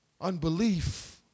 Unbelief